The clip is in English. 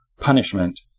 punishment